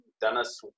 Dana's